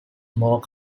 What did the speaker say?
more